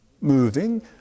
moving